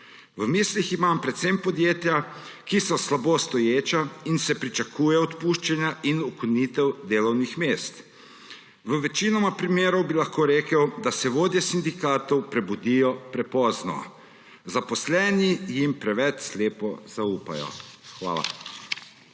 V mislih imam predvsem podjetja, ki so slabo stoječa in se pričakuje odpuščanja in ukinitev delovnih mest. Lahko bi rekel, da v večini primerov se vodje sindikatov prebudijo prepozno. Zaposleni jim preveč slepo zaupajo. Hvala.